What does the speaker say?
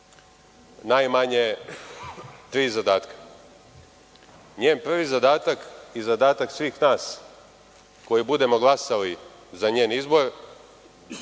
najmanje tri zadatka. Njen prvi zadatak i zadatak svih nas koji budemo glasali za njen izbor